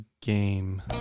game